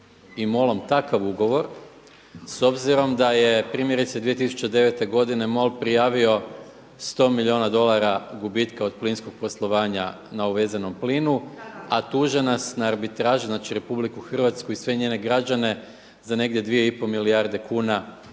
i MOL-om takav ugovor s obzirom da je primjerice 2009. godine MOL prijavio 100 milijuna dolara gubitka od plinskog poslovanja na uvezenom plinu a tuže nas na arbitraži, znači RH i sve njene građane za negdje 2,5 milijarde kuna